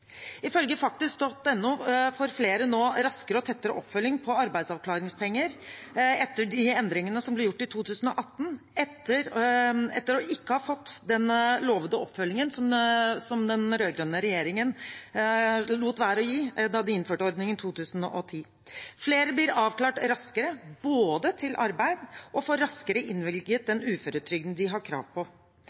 flere på arbeidsavklaringspenger nå raskere og tettere oppfølging etter de endringene som ble gjort i 2018, etter ikke å ha fått den lovede oppfølgingen som den rød-grønne regjeringen lot være å gi da de innførte ordningen i 2010. Flere blir avklart raskere til arbeid, og flere får raskere innvilget den uføretrygden de har krav på.